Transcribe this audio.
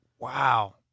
Wow